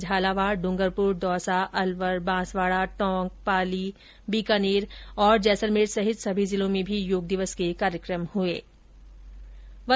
झालावाड डूंगरपुर दौसा अलवर बांसवाडा टोंक पाली बीकानेर और जैसलमेर सहित सभी जिलों में भी योग दिवस के कार्यक्रम आयोजित किये गये